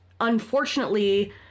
unfortunately